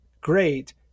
great